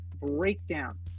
breakdown